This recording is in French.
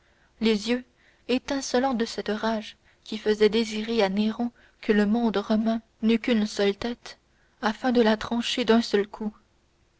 les yeux étincelants de cette rage qui faisait désirer à néron que le monde romain n'eût qu'une seule tête afin de la trancher d'un seul coup